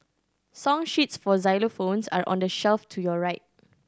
song sheets for xylophones are on the shelf to your right